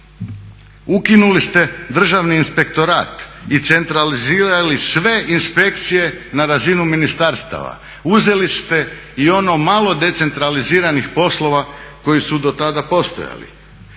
Ukinuli ste Državni inspektorat i centralizirali sve inspekcije na razinu ministarstava. Uzeli ste i ono malo decentraliziranih poslova koji su do tada postojali.